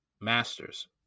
masters